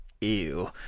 ew